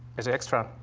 as an extra.